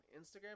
Instagram